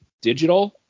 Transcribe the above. digital